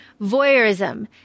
voyeurism